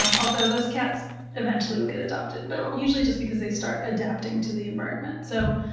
um although those cats eventually will get adopted, but usually just because they start adapting to the environment. so,